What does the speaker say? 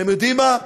אתם יודעים מה?